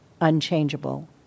unchangeable